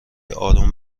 اروم